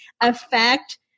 affect